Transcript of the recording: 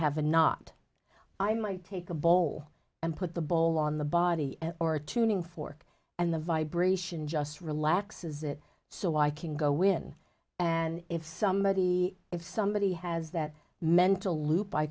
have a knot i might take a bowl and put the bowl on the body or a tuning fork and the vibration just relaxes it so i can go when and if somebody if somebody has that mental loop i